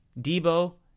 Debo